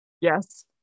Yes